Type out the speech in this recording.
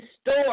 store